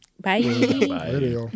Bye